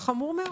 זה חמור מאוד.